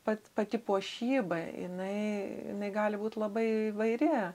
pat pati puošyba jinai jinai gali būt labai įvairi